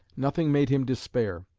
nothing made him despair.